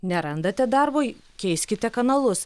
nerandate darbo keiskite kanalus